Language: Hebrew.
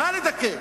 מה לדכא?